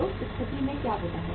तो उस स्थिति में क्या होता है